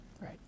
Right